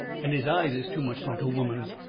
and his eyes is too much like a woman's.